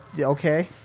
Okay